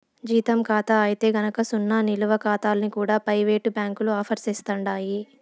జీతం కాతా అయితే గనక సున్నా నిలవ కాతాల్ని కూడా పెయివేటు బ్యాంకులు ఆఫర్ సేస్తండాయి